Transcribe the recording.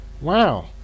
wow